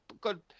good